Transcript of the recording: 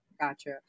Gotcha